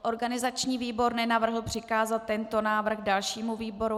Organizační výbor nenavrhl přikázat tento návrh dalšímu výboru.